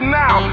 now